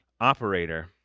operator